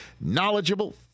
knowledgeable